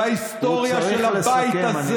וההיסטוריה של הבית הזה,